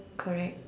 correct